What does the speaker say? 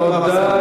תודה.